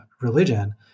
religion